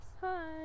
Hi